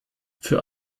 für